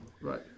Right